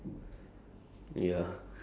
without any activities ya